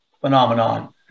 phenomenon